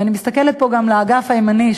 ואני מסתכלת פה גם לאגף הימני,